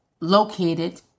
located